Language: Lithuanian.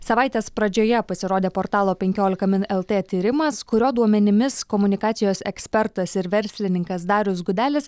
savaitės pradžioje pasirodė portalo penkiolika min lt tyrimas kurio duomenimis komunikacijos ekspertas ir verslininkas darius gudelis